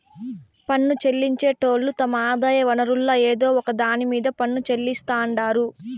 పన్ను చెల్లించేటోళ్లు తమ ఆదాయ వనరుల్ల ఏదో ఒక దాన్ని మీద పన్ను చెల్లిస్తాండారు